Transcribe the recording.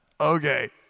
okay